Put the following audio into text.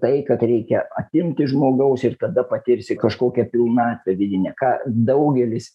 tai kad reikia atimti žmogaus ir tada patirsi kažkokią pilnatvę vidinę ką daugelis